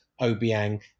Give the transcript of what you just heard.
Obiang